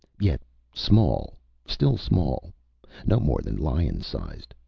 yet small still small no more than lion-size.